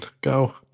Go